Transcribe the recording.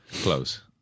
Close